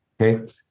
Okay